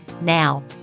Now